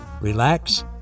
relax